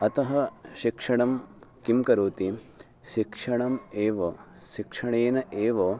अतः शिक्षणं किं करोति शिक्षणम् एव शिक्षणेन एव